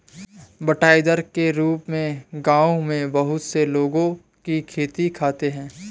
बँटाईदार के रूप में गाँवों में बहुत से लोगों की खेती करते हैं